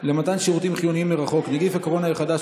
למתן שירותים חיוניים מרחוק (נגיף הקורונה החדש,